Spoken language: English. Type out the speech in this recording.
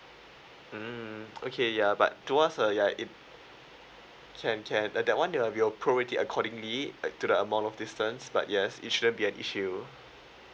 mm okay ya but to us ah ya it can can uh that one that one we'll prorate it accordingly back to the amount of distance but yes it shouldn't be an issue